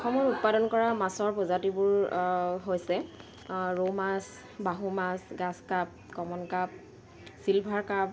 অসমৰ উৎপাদন কৰা মাছৰ প্ৰজাতিবোৰ হৈছে ৰৌ মাছ বাহু মাছ grass carp common carp silver cup